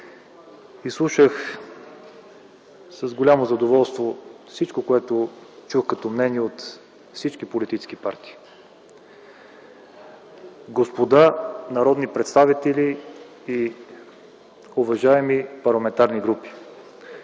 Изслушах с голямо задоволство всичко, което чух като мнения от всички политически партии. Господа народни представители и уважаеми парламентарни групи,